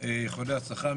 איחולי הצלחה.